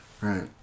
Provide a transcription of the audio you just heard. Right